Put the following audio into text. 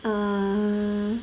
err